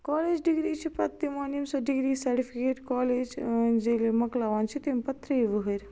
college degree چھِ پتہِ دِوان یِم سۄ ڈگری سیٹِفِکیٹ کالیج ییٚلہِ مۄکلاوان چھِ تمہِ پتہٕ تریہ وُہٚر